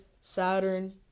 Saturn